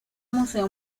museo